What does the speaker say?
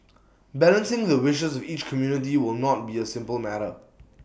balancing the wishes of each community will not be A simple matter